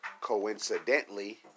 Coincidentally